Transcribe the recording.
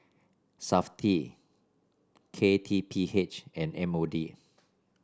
Safti K T P H and M O D